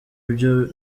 byo